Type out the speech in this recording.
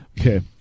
Okay